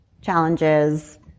challenges